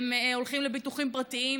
הולכים לביטוחים פרטיים,